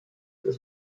das